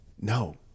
No